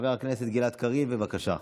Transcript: חבר הכנסת גלעד קריב, בבקשה.